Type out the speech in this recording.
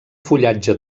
fullatge